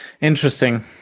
interesting